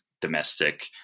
domestic